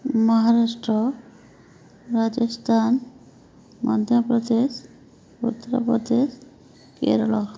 Maharashtra Rajasthan Madhya Pradesh Uttar Pradesh Kerala